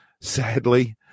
Sadly